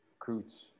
Recruits